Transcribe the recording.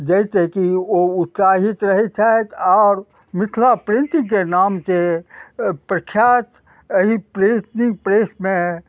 जैसँ कि ओ उत्साहित रहय छथि आओर मिथिला प्रेन्टिंगके नामसँ प्रख्यात एहि प्रिन्टिंग प्रेसमे